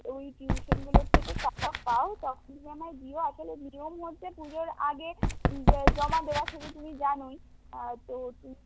ওই টিউশানগুলোর থেকে টাকা পাও তখনই আমায় দিও আসলে নিয়ম হচ্ছে পুজোর আগে জমা দেওয়া সেতো তুমি জানোই আর তো তুমি